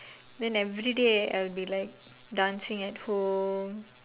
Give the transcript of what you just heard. then everyday I'll be like dancing at home